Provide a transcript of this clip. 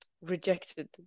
rejected